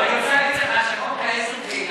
אני רוצה להגיד לך שחוק העזר באילת